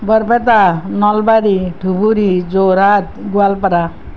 Barpeta Nalbari Dhubri Jorhat Goalpara